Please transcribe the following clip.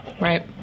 right